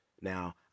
Now